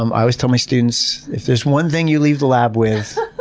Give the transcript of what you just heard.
um i always tell my students, if there's one thing you leave the lab with,